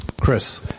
Chris